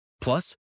Plus